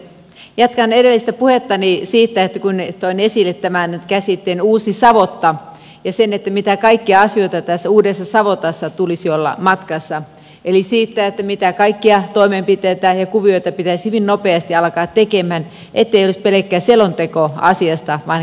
jatkan edellistä puhettani siitä kun toin esille tämän käsitteen uusi savotta ja sen mitä kaikkia asioita tässä uudessa savotassa tulisi olla matkassa eli mitä kaikkia toimenpiteitä ja kuvioita pitäisi hyvin nopeasti alkaa tekemään ettei olisi pelkkä selonteko asiasta vaan käytännön toimenpiteitä